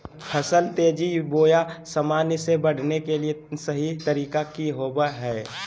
फसल तेजी बोया सामान्य से बढने के सहि तरीका कि होवय हैय?